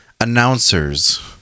announcers